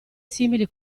simili